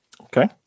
okay